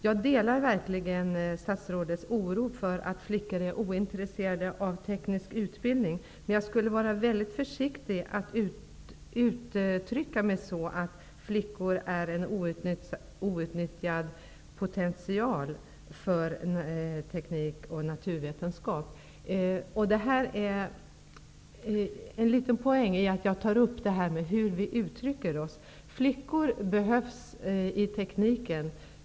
Jag delar verkligen statsrådets oro för att flickor är ointresserade av teknisk utbildning, men jag skulle vara väldigt försiktig och inte uttrycka mig så att flickor är en outnyttjad potential för teknik och naturvetenskap. Det är en poäng med att jag tar upp frågan om hur vi uttrycker oss. Flickor behövs i tekniken.